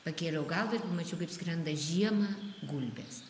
pakėliau galvą ir pamačiau kaip skrenda žiemą gulbės